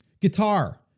guitar